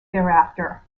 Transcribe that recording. thereafter